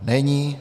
Není.